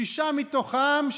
שישה מתוכם,